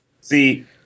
See